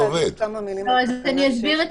אני אסביר את